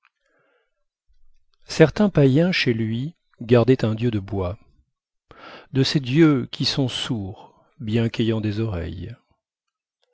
certain païen chez lui gardait un dieu de bois de ces dieux qui sont sourds bien qu'ayant des oreilles